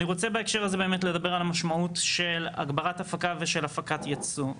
אני רוצה בהקשר הזה באמת לדבר על המשמעות של הגברת הפקה ושל הפקת ייצוא.